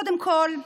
קודם כול,